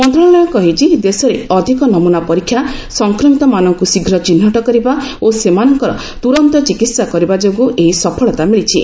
ମନ୍ତ୍ରଣାଳୟ କହିଛି ଦେଶରେ ଅଧିକ ନମୁନା ପରୀକ୍ଷା ସଂକ୍ରମିତମାନଙ୍କୁ ଶୀଘ୍ର ଚିହ୍ରଟ କରିବା ଓ ସେମାନଙ୍କର ତ୍ରରନ୍ତ ଚିକିତ୍ସା କରିବା ଯୋଗୁଁ ଏହି ସଫଳତା ମିଳିଛି